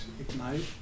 ignite